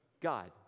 God